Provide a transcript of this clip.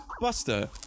Buster